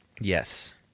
Yes